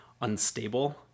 unstable